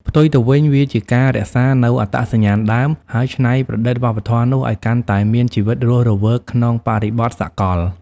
ផ្ទុយទៅវិញ វាជាការរក្សានូវអត្តសញ្ញាណដើម ហើយច្នៃប្រឌិតវប្បធម៌នោះឱ្យកាន់តែមានជីវិតរស់រវើកក្នុងបរិបទសកល។